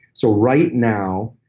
so, right now,